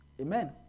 Amen